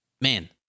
Man